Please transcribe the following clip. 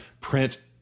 print